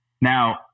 Now